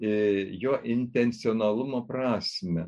jo intencionalumo prasmę